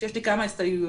שיש לי כמה הסתייגויות.